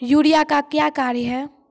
Urea का क्या कार्य हैं?